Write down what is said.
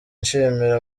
nshimira